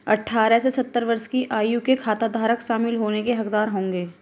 अठारह से सत्तर वर्ष की आयु के खाताधारक शामिल होने के हकदार होंगे